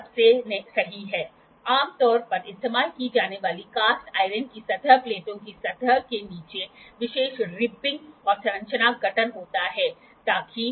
तो आप इसका उपयोग विभिन्न एंगलों को उत्पन्न करने के लिए इसके संयोजन के साथ कर सकते हैं ठीक है